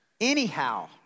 anyhow